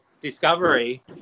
discovery